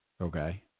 Okay